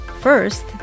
First